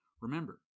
Remember